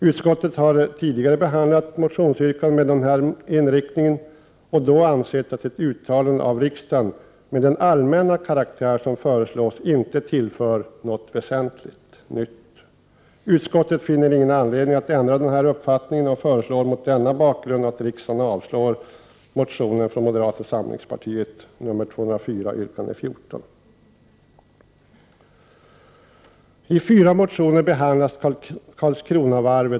Utskottet har tidigare behandlat motionsyrkanden med motsvarande inriktning och då ansett att ett uttalande av riksdagen med den allmänna karaktär som föreslås inte tillför något väsentligt nytt. Utskottet finner ingen anledning att ändra denna uppfattning och föreslår mot denna bakgrund att riksdagen avslår yrkande 4 i den moderata motionen Fö204.